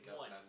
one